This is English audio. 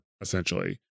essentially